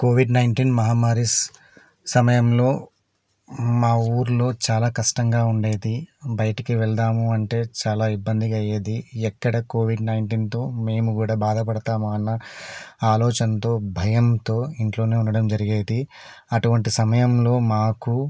Covid nineteen మహమ్మారి సమయంలో మా ఊళ్ళో చాలా కష్టంగా ఉండేది బయటికి వెళదాము అంటే చాలా ఇబ్బందిగా అయ్యేది ఎక్కడ కోవిడ్ నైన్టీన్తో మేము కూడా బాధపడతామో అన్న ఆలోచనతో భయంతో ఇంట్లోనే ఉండడం జరిగేది అటువంటి సమయంలో మాకు